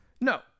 No